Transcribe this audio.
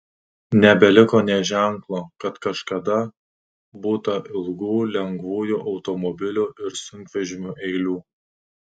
nebeliko nė ženklo kad kažkada būta ilgų lengvųjų automobilių ir sunkvežimių eilių